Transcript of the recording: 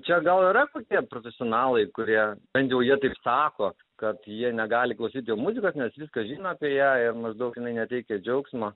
čia gal yra kokie profesionalai kurie bent jau jie taip sako kad jie negali klausyti muzikos nes viską žino apie ją ir maždaug jinai neteikia džiaugsmo